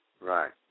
Right